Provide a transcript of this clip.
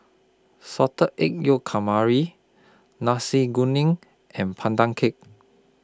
Salted Egg Yolk Nasi Kuning and Pandan Cake